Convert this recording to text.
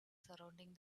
surrounding